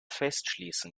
festschließen